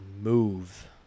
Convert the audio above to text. move